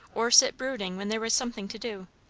or sit brooding when there was something to do.